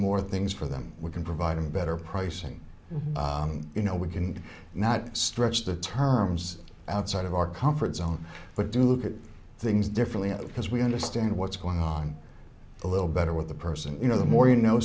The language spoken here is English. more things for them we can provide them better pricing you know we can not stretch the terms outside of our comfort zone but to look at things differently because we understand what's going on a little better with the person you know the more you know